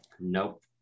Nope